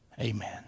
amen